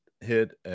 hit